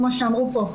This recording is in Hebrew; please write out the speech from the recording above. כמו שאמרו פה,